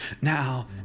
Now